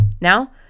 Now